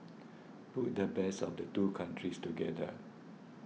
put the best of the two countries together